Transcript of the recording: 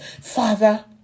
Father